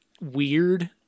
weird